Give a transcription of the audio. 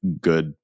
good